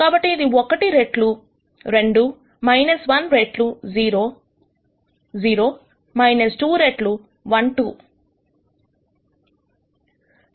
కాబట్టి ఇది 1 రెట్లు 2 1 రెట్లు 0 0 2 రెట్లు 1 2